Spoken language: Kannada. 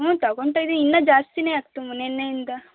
ಹ್ಞೂ ತಗೊಂತಿನಿ ಇನ್ನು ಜಾಸ್ತಿನೆ ಆಗ್ತಾವೆ ನೆನ್ನೆಯಿಂದ